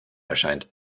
erscheint